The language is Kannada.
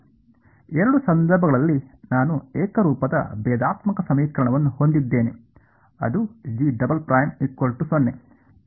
ಈ ಎರಡೂ ಸಂದರ್ಭಗಳಲ್ಲಿ ನಾನು ಏಕರೂಪದ ಭೇದಾತ್ಮಕ ಸಮೀಕರಣವನ್ನು ಹೊಂದಿದ್ದೇನೆ ಅದು ಪರಿಹಾರವು ರೇಖೀಯ ಎರಡೂ ಬದಿಗಳು ಸರಿ